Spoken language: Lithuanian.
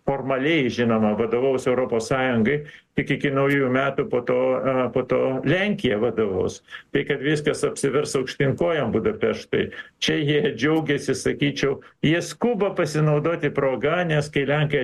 formaliai žinoma vadovaus europos sąjungai tik iki naujųjų metų po to po to lenkija vadovaus tai kad viskas apsivers aukštyn kojom budapeštui čia jie džiaugėsi sakyčiau jie skuba pasinaudoti proga nes kai lenkija